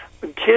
kids